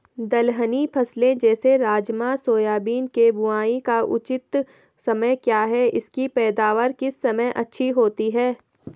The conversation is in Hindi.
दलहनी फसलें जैसे राजमा सोयाबीन के बुआई का उचित समय क्या है इसकी पैदावार किस समय अच्छी होती है?